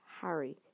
Harry